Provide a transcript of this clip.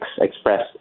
express